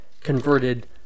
Converted